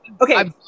Okay